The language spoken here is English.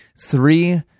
three